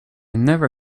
never